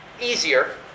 easier